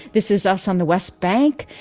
this is us on the west bank.